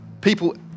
people